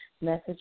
message